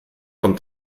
kommt